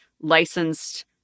licensed